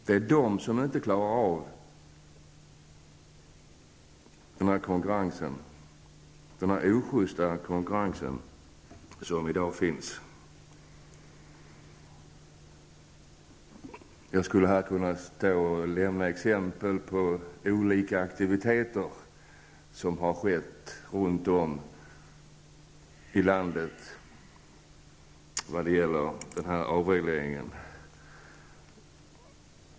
Det är de som inte klarar den ojusta konkurrens som i dag finns. Jag skulle här kunna lämna exempel på sådant som har förekommit runt om i landet i samband med avregleringen.